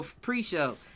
pre-show